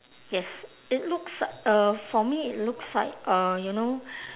yes it looks uh for me it looks like uh you know